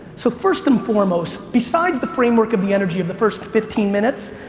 so first and foremost, besides the framework of the energy of the first fifteen minutes,